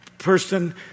person